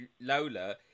Lola